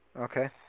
Okay